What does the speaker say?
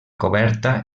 coberta